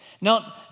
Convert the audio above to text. Now